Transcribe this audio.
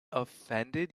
offended